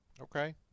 Okay